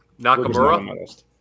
Nakamura